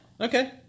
Okay